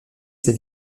ses